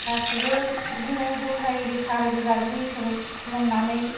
गासिबो बिदिनो ज' जायो रैखा रोग' जाजोबो इसोर खुलुमनानै